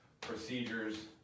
procedures